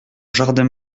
jardin